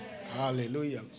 Hallelujah